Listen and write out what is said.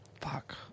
fuck